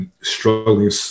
struggling